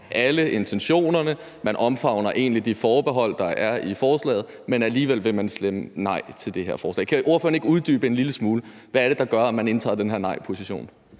alle intentionerne, og at man egentlig omfavner de forbehold, der i forslaget, men alligevel vil man stemme nej til det. Kan ordføreren ikke uddybe en lille smule, hvad det er, der gør, at man indtager den her nejposition?